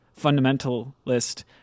fundamentalist